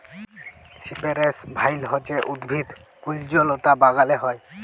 সিপেরেস ভাইল হছে উদ্ভিদ কুল্জলতা বাগালে হ্যয়